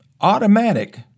Automatic